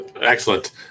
excellent